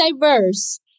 diverse